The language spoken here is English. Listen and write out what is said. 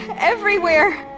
everywhere!